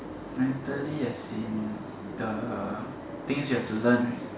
mentally as in the things you have to learn